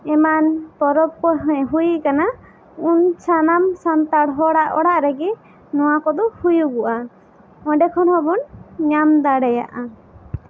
ᱮᱢᱟᱱ ᱯᱚᱨᱚᱵᱽ ᱠᱚᱦᱚᱸ ᱦᱩᱭ ᱟᱠᱟᱱᱟ ᱩᱱ ᱥᱟᱱᱟᱢ ᱥᱟᱱᱛᱟᱲ ᱦᱚᱲᱟᱜ ᱚᱲᱟᱜ ᱨᱮᱜᱮ ᱱᱚᱣᱟ ᱠᱚ ᱫᱚ ᱦᱩᱭᱩᱜᱚᱜᱼᱟ ᱚᱸᱰᱮ ᱠᱷᱚᱱ ᱦᱚᱸ ᱵᱚᱱ ᱧᱟᱢ ᱫᱟᱲᱮᱭᱟᱜᱼᱟ